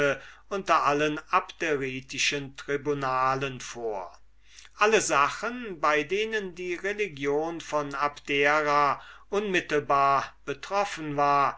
unter allen abderitischen tribunalien vor alle sachen bei denen die religion von abdera unmittelbar betroffen war